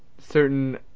certain